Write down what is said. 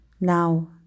Now